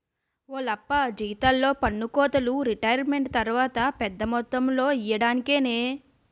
ఓలప్పా జీతాల్లో పన్నుకోతలు రిటైరుమెంటు తర్వాత పెద్ద మొత్తంలో ఇయ్యడానికేనే